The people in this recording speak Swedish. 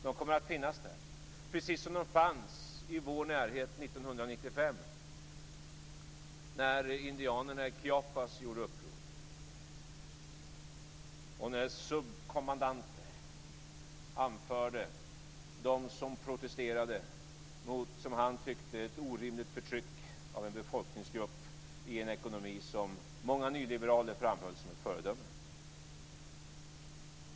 De kommer att finnas där, precis som de fanns i vår närhet 1995 när indianerna i Chiapas gjorde uppror och när Subcommendante anförde dem som protesterade mot, som han tyckte, ett orimligt förtryck av en befolkningsgrupp i en ekonomi som många nyliberaler framhöll som ett föredöme.